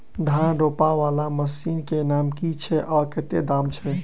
धान रोपा वला मशीन केँ नाम की छैय आ कतेक दाम छैय?